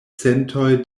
centoj